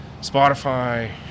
Spotify